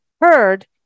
heard